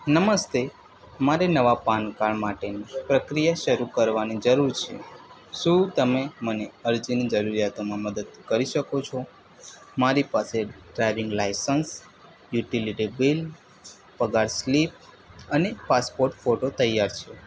નમસ્તે મારે નવા પાન કાર્ડ માટેની પ્રક્રિયા શરૂ કરવાની જરૂર છે શું તમે મને અરજીની જરૂરિયાતોમાં મદદ કરી શકો છો મારી પાસે ડ્રાઇવિંગ લાઇસન્સ યુટિલિટી બિલ પગાર સ્લિપ અને પાસપોર્ટ ફોટો તૈયાર છે